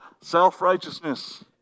Self-righteousness